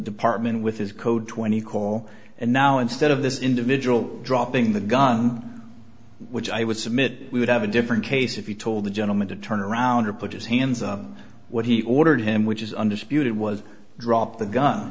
department with his code twenty call and now instead of this individual dropping the gun which i would submit we would have a different case if you told the gentleman to turn around or put his hands up what he ordered him which is undisputed was drop the gun